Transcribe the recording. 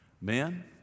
Men